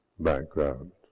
background